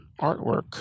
artwork